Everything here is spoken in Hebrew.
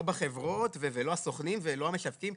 לא בחברות ולא הסוכנים ולא המשווקים,